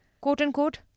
quote-unquote